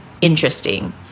interesting